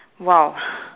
!wow!